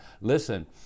listen